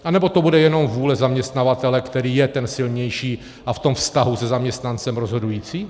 Anebo to bude jenom vůle zaměstnavatele, který je ten silnější a v tom vztahu se zaměstnancem rozhodující?